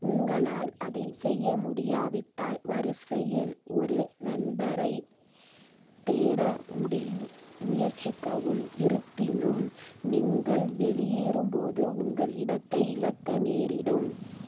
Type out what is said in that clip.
உங்களால் அதைச் செய்ய முடியாவிட்டால் வரிசையில் ஒரு நண்பரைத் தேட முயற்சிக்கவும் இருப்பினும் நீங்கள் வெளியேறும்போது உங்கள் இடத்தை இழக்க நேரிடும்